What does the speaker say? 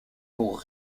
pour